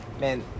man